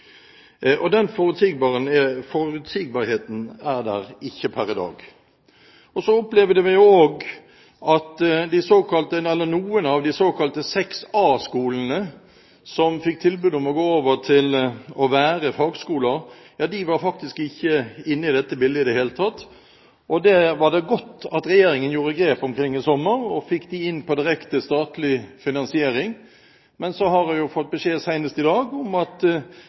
forutsigbarheten er der ikke per i dag. Vi opplevde også at noen av de såkalte 6A-skolene, som fikk tilbud om å gå over til å være fagskoler, faktisk ikke var med i dette bildet i det hele tatt. Det var godt at regjeringen gjorde grep omkring dette i sommer, og fikk dem inn på direkte statlig finansiering. Men så har jeg senest i dag fått beskjed om at en av disse skolene gikk ned nesten 400 000 kr i finansiering når de nå fikk brev om